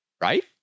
Right